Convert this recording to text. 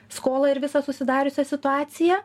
skolą ir visą susidariusią situaciją